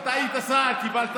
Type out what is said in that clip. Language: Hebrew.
אתה היית שר.